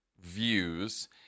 views